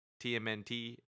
TMNT